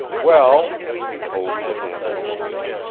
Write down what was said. well, he told the damosel rowena,